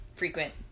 frequent